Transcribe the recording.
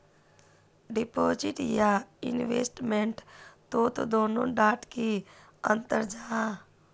Deposit या investment तोत दोनों डात की अंतर जाहा?